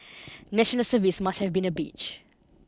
national service must have been a bitch